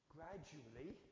Gradually